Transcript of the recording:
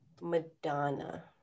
Madonna